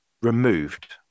removed